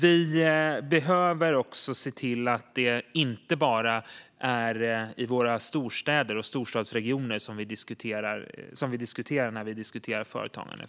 Vi behöver också se till att det inte bara är våra storstäder och storstadsregioner vi diskuterar när vi diskuterar företagande.